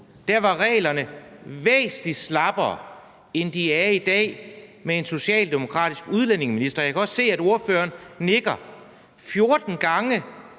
2002 var reglerne væsentlig slappere, end de er i dag med en socialdemokratisk udlændingeminister. Jeg kan godt se, at ordføreren nikker. 14 gange